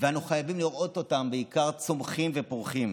ואנו חייבים לראות אותם בעיקר צומחים ופורחים.